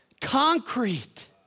concrete